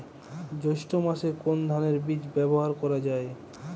জৈষ্ঠ্য মাসে কোন ধানের বীজ ব্যবহার করা যায়?